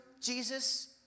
Jesus